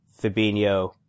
Fabinho